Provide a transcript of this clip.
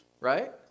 right